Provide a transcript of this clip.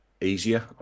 easier